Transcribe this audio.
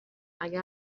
اگر